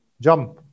jump